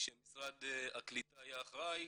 כשמשרד הקליטה היה אחראי,